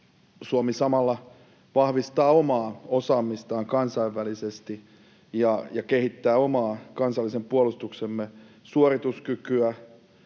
Suomi samalla vahvistaa omaa osaamistaan kansainvälisesti ja kehittää omaa kansallisen puolustuksemme suorituskykyä,